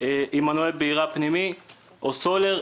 עם מנועי בעירה פנימית או סולר,